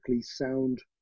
sound